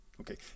Okay